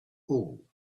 hole